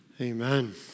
Amen